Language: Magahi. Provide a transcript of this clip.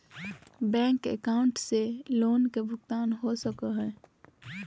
बैंक अकाउंट से लोन का भुगतान हो सको हई?